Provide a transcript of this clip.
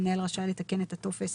המנהל רשאי לתקן את הטופס